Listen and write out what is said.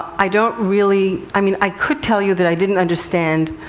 i don't really i mean, i could tell you that i didn't understand,